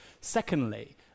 Secondly